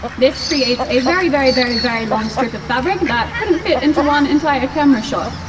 this creates a very very very very long strip of fabric that couldn't fit into one entire camera shot.